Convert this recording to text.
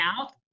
out